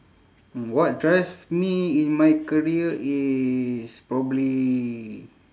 mm what drives me in my career is probably